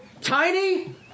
Tiny